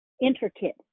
intricate